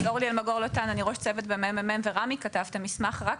ראש צוות בממ"מ ואת המסמך שהזכרת כתב רמי שוורץ.